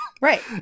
Right